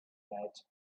bed